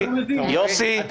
יוסי, סליחה.